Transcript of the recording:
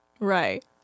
Right